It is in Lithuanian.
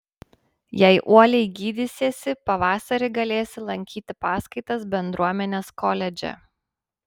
jei uoliai gydysiesi pavasarį galėsi lankyti paskaitas bendruomenės koledže